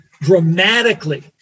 dramatically